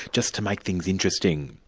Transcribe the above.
just to make things interesting.